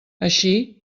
així